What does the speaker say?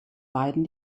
beiden